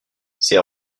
ses